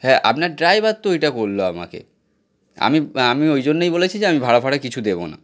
হ্যাঁ আপনার ড্রাইভার তো এটা করল আমাকে আমি আমি ওই জন্যেই বলেছি যে আমি ভাড়া ফাড়া কিছু দেবো না